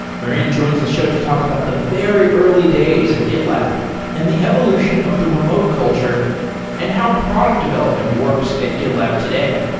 marin joins the show to talk about the very early days of gitlab and the evolution of the remote culture and how product development works at gitlab today.